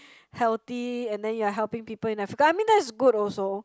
healthy and then you are helping people in Africa I mean that is good also